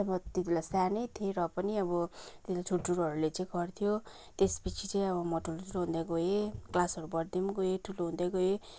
त्यहाँबाट त्यतिबेला सानै थिएँ र पनि अब ठुल्ठुलोहरूले चाहिँ गर्थ्यो त्यसपछि चाहिँ अब म ठुल ठुलो हुँदै गएँ क्लासहरू बड्दै पनि गएँ ठुलो हुँदै गएँ